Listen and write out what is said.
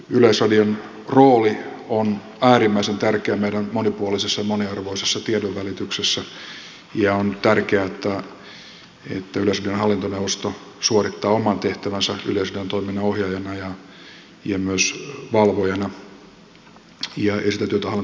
yleisradion rooli on äärimmäisen tärkeä meidän monipuolisessa moniarvoisessa tiedonvälityksessämme ja on tärkeää että yleisradion hallintoneuvosto suorittaa oman tehtävänsä yleisradion toiminnan ohjaajana ja myös valvojana ja sitä työtä hallintoneuvosto on tehnyt